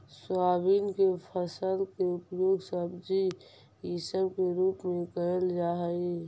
soybean के फल के उपयोग सब्जी इसब के रूप में कयल जा हई